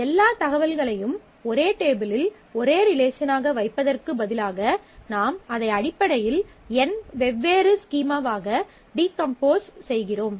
எல்லா தகவல்களையும் ஒரே டேபிளில் ஒரு ரிலேஷனாக வைப்பதற்கு பதிலாக நாம் அதை அடிப்படையில் 'n' வெவ்வேறு ஸ்கீமாவாக டீகம்போஸ் செய்கிறோம்